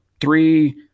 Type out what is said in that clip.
three